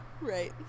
Right